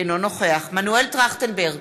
אינו נוכח מנואל טרכטנברג,